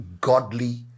godly